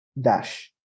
dash